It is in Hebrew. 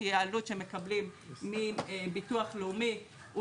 כי העלות שמקבלים מביטוח לאומי הוא